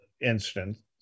instance